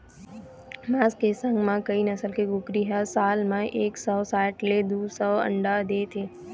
मांस के संग म कइ नसल के कुकरी ह साल म एक सौ साठ ले दू सौ अंडा देथे